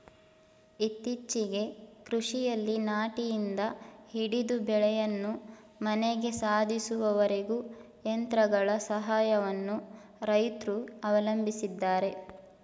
ಇತ್ತೀಚೆಗೆ ಕೃಷಿಯಲ್ಲಿ ನಾಟಿಯಿಂದ ಹಿಡಿದು ಬೆಳೆಯನ್ನು ಮನೆಗೆ ಸಾಧಿಸುವವರೆಗೂ ಯಂತ್ರಗಳ ಸಹಾಯವನ್ನು ರೈತ್ರು ಅವಲಂಬಿಸಿದ್ದಾರೆ